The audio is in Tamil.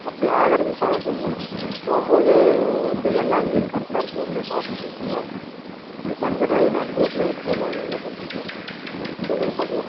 அப்படி ஆகிறது சகஜம் தான் போகும் போது வந்து எல்லாம் வீலும் கரெக்டாக இருக்குதான்னு நீ பார்த்துருக்கணுமுல்ல இப்படி பஞ்சர் ஆகி நடு ரோட்டில் விட்டிங்னா நாங்கள் என்ன பண்ணுறது சொல்லுங்க பார்க்கலாம்